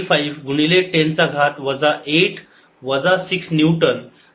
35 गुणिले 10 चा घात वजा 8 वजा 6 न्यूटन